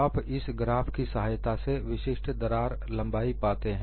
आप इस ग्राफ की सहायता से विशिष्ट दरार लंबाई पाते हैं